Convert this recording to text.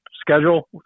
schedule